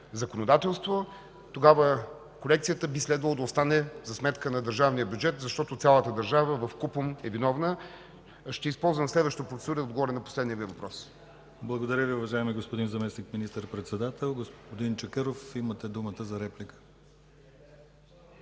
законодателство, тогава корекцията би следвало да остане за сметка на държавния бюджет, защото цялата държава вкупом е виновна. Ще използвам следващата процедура, за да отговоря на последния Ви въпрос. ПРЕДСЕДАТЕЛ ДИМИТЪР ГЛАВЧЕВ: Благодаря, уважаеми господин Заместник министър-председател. Господин Чакъров, имате думата за реплика.